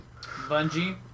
Bungie